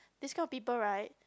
this kind of people right